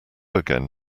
again